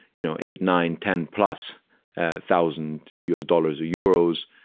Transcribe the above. you know, eight, nine, ten plus thousand u s. dollars or euros.